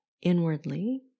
inwardly